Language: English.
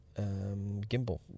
gimbal